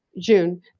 june